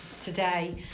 today